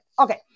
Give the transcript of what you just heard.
Okay